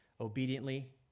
obediently